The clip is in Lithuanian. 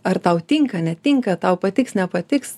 ar tau tinka netinka tau patiks nepatiks